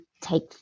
take